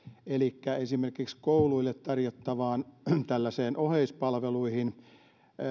tätä esimerkiksi tällaisiin kouluille tarjottaviin oheispalveluihin